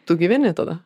tu gyveni tada